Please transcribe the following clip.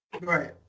Right